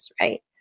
right